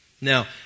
Now